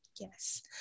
Yes